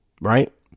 Right